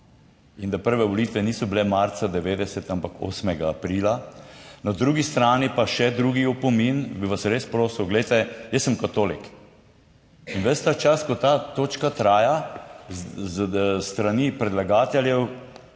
in da prve volitve niso bile marca 1990, ampak 8. aprila. Na drugi strani pa še drugi opomin, bi vas res prosil, glejte, jaz sem katolik. In ves ta čas, ko ta točka traja s strani predlagateljev